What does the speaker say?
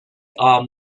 arm